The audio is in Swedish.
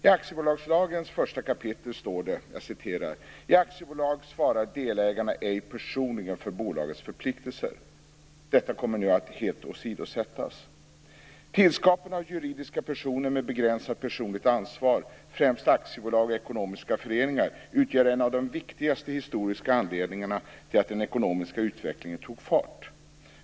I aktiebolagslagens första kapitel står det: "I aktiebolag svarar delägarna ej personligen för bolagets förpliktelser." Detta kommer nu att helt åsidosättas. Tillskapande av juridiska personer med begränsat personligt ansvar, främst aktiebolag och ekonomiska föreningar, utgör en av de viktigaste historiska anledningarna till att den ekonomiska utvecklingen tog fart.